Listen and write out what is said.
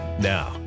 Now